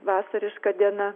vasariška diena